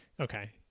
Okay